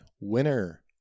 Winner